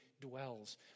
dwells